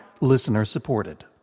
Listener-supported